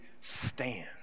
stand